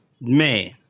Man